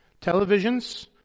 televisions